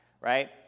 right